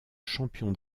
champion